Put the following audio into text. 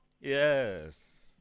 Yes